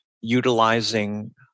utilizing